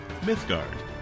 Mythgard